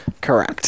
Correct